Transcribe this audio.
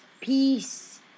peace